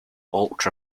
ultra